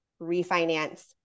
refinance